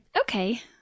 Okay